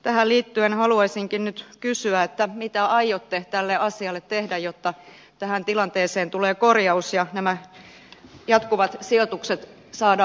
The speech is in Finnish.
tähän liittyen haluaisinkin nyt kysyä mitä aiotte tälle asialle tehdä jotta tähän tilanteeseen tulee korjaus ja nämä jatkuvat sijoitukset saadaan loppumaan